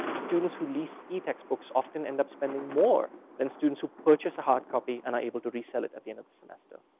students who lease e-textbooks often end up spending more than students who purchase a hard copy and are able to resell it at the end of the semester.